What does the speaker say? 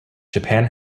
japan